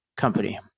Company